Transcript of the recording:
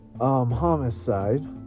homicide